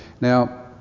Now